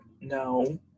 No